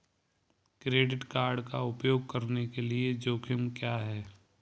Credit card का उपयोग करने के जोखिम क्या हैं?